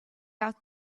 out